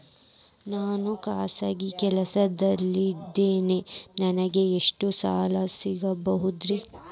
ನಾನು ಖಾಸಗಿ ಕೆಲಸದಲ್ಲಿದ್ದೇನೆ ನನಗೆ ಎಷ್ಟು ಸಾಲ ಸಿಗಬಹುದ್ರಿ?